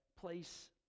place